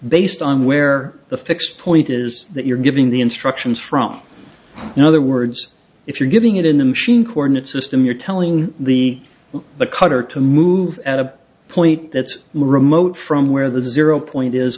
based on where the fixed point is that you're giving the instructions from other words if you're giving it in the machine coordinate system you're telling the the cutter to move at a point that's remote from where the zero point is